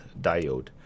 diode